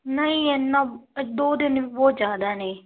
ਨਹੀਂ ਇੰਨਾ ਦੋ ਦਿਨ ਬਹੁਤ ਜ਼ਿਆਦਾ ਨੇ